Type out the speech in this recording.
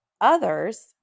others